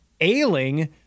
ailing